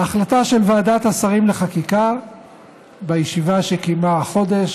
ההחלטה של ועדת השרים לחקיקה בישיבה שקיימה החודש,